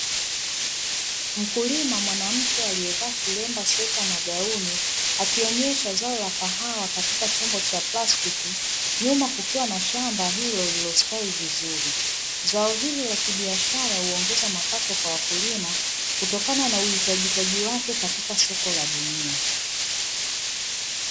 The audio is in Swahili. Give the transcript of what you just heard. Mkulima mwanamke aliyevaa kilemba, sweta na gauni, akionyesha zao la kahawa katika chombo cha plastiki, nyuma kukiwa na shamba hilo lililostawi vizuri. Zao hili la kibiashara huongeza mapato kwa wakulima kutokana na uhitajikaji wake katika soko la dunia.